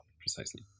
precisely